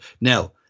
Now